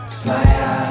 smile